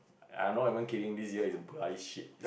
I not even kidding this year is bright shit